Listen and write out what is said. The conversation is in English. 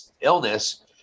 illness